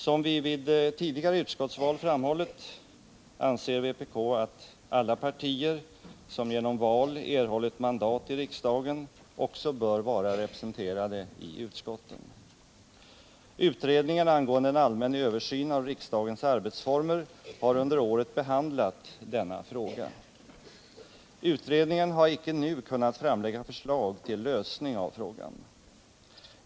Som vi vid tidigare utskottsval framhållit anser vi att alla partier som genom val erhållit mandat i riksdagen också bör vara representerade i utskotten. Utredningen angående en allmän översyn av riksdagens arbetsformer har under året behandlat denna fråga. Utredningen har icke nu kunnat framlägga förslag till lösning.